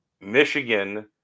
Michigan